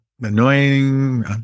Annoying